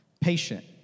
patient